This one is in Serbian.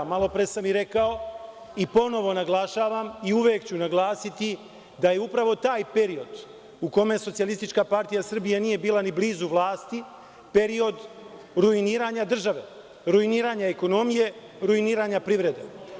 Malopre sam i rekao i ponovo naglašavam i uvek ću naglasiti da je upravo taj period u kome SPS nije bila ni blizu vlasti period ruiniranja države, ruiniranja ekonomije, ruiniranja privrede.